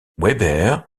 weber